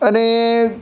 અને